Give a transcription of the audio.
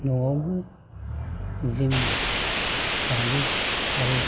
न'आवबो जों जायो आरो